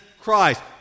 Christ